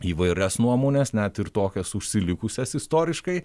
įvairias nuomones net ir tokias užsilikusias istoriškai